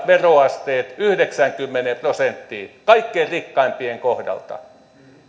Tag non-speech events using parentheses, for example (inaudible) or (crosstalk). (unintelligible) veroasteet yhdeksäänkymmeneen prosenttiin kaikkein rikkaimpien kohdalta